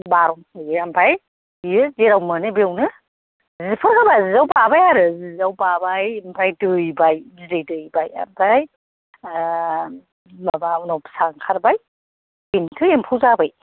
बार बुयो ओमफ्राय बियो जेराव मोनो बेवनो सिफोर होबा सियाव बाबाय आरो सियाव बाबाय ओमफ्राय दैबाय बिदै दैबाय ओमफ्राय माबा उनाव फिसा ओंखारबाय बेनोसै एम्फौ जाबाय